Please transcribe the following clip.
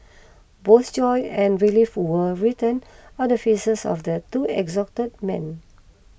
both joy and relief were written on the faces of the two exhausted men